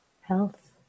health